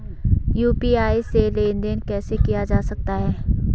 UPI से लेनदेन कैसे किया जा सकता है?